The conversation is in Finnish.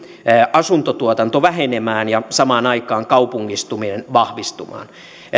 asuntotuotanto vähenemään ja samaan aikaan kaupungistuminen vahvistumaan